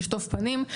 לשטוף פנים.